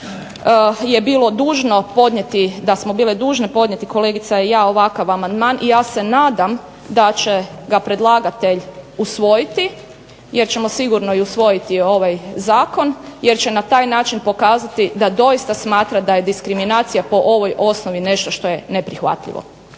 je bilo dužno podnijeti, da smo bile dužne podnijeti kolegica i ja ovakav amandman. I ja se nadam da će ga predlagatelj usvojiti, jer ćemo sigurno i usvojiti ovaj zakon, jer će na taj način pokazati, da doista smatra da je diskriminacija po ovoj osnovi nešto što je neprihvatljivo.